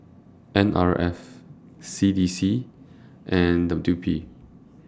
N R F C D C and W P